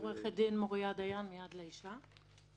עו"ד מוריה דיין, "יד לאישה".